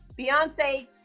Beyonce